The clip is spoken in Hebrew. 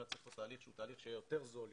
לייצר פה תהליך שיהיה יותר זול,